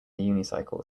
unicycle